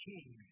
King